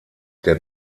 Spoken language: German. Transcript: der